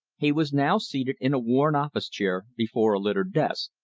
he was now seated in a worn office chair before a littered desk.